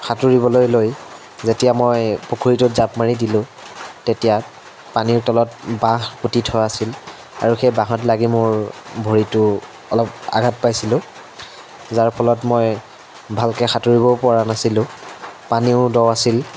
সাঁতুৰিবলৈ লৈ যেতিয়া মই পুখুৰীটোত জাঁপ মাৰি দিলোঁ তেতিয়া পানীৰ তলত বাঁহ পুতি থোৱা আছিল আৰু সেই বাঁহত লাগি মোৰ ভৰিটো অলপ আঘাত পাইছিলোঁ যাৰ ফলত মই ভালকৈ সাঁতুৰিবও পৰা নাছিলোঁ পানীও দ আছিল